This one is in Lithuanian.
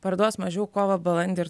parduos mažiau kovą balandį ir